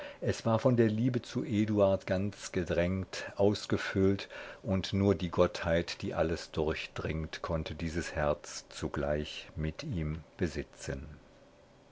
es war von der liebe zu eduard ganz gedrängt ausgefüllt und nur die gottheit die alles durchdringt konnte dieses herz zugleich mit ihm